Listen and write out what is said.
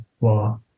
law